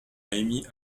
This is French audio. émis